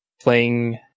playing